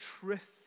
truth